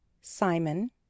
simon